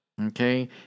Okay